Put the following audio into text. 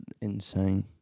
insane